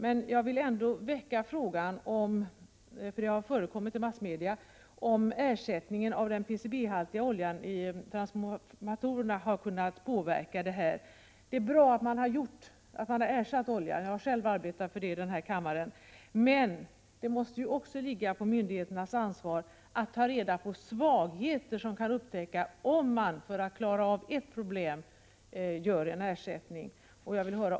Men jag vill ändå väcka frågan — för detta har omnämnts i massmedia — huruvida ersättandet av den PCB-haltiga oljan i transformatorerna har kunnat påverka förhållandena i detta sammanhang. Det är bra att man har ersatt oljan. Jag har själv arbetat för den saken här i riksdagen. Men det måste ju också åligga myndigheterna att ta reda på 109 hur det förhåller sig när det gäller de svagheter som eventuellt kan upptäckas när man, för att klara av ett problem, ersätter en sak med någonting annat.